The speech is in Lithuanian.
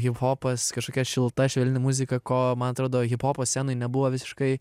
hiphopas kažkokia šilta švelni muzika ko man atrodo hiphopo scenoj nebuvo visiškai